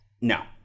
No